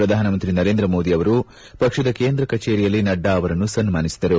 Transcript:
ಪ್ರಧಾನಮಂತ್ರಿ ನರೇಂದ್ರ ಮೋದಿ ಅವರು ಪಕ್ಷದ ಕೇಂದ್ರ ಕಚೇರಿಯಲ್ಲಿ ನಡ್ಡಾ ಅವರನ್ನು ಸನ್ನಾನಿಸಿದರು